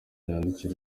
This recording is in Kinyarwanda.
yandikiye